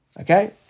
Okay